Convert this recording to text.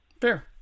Fair